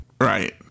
right